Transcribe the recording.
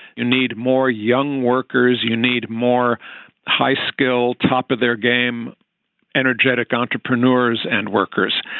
you need more young workers. you need more high-skill, top-of-their-game energetic entrepreneurs and workers.